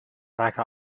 lagen